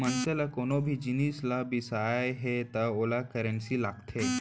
मनसे ल कोनो भी जिनिस ल बिसाना हे त ओला करेंसी लागथे